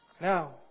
Now